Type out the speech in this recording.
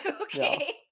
Okay